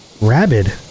Rabid